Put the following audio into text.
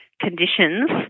conditions